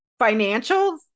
financials